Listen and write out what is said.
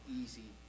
easy